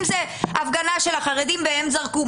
אם זו הפגנה של החרדים והם זרקו,